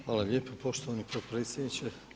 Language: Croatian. Hvala lijepa poštovani potpredsjedniče.